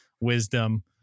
wisdom